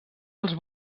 als